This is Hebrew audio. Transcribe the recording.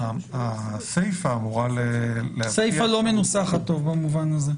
הסיפא אמורה -- הסיפא לא מנוסחת טוב במובן הזה.